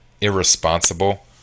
irresponsible